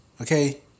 okay